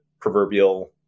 proverbial